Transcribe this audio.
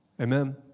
Amen